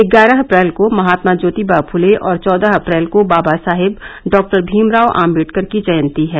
ग्यारह अप्रैल को महात्मा ज्योतिबा फूले और चौदह अप्रैल को बाबा साहेब डॉक्टर भीमराव आंबेडकर की जयती है